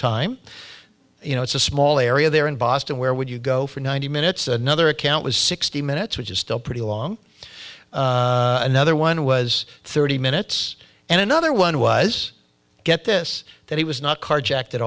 time you know it's a small area there in boston where would you go for ninety minutes another account was sixty minutes which is still pretty long another one was thirty minutes and another one was get this that he was not carjacked at